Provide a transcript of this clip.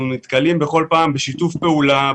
במשטרה אנחנו נתקלים כל פעם בשיתוף פעולה,